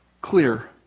clear